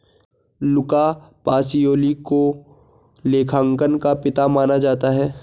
लुका Pacioli को लेखांकन का पिता माना जाता है